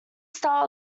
start